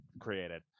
created